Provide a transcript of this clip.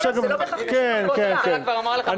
ראש הממשלה כבר אמר לך מה לעשות.